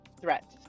threat